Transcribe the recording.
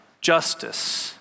justice